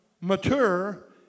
mature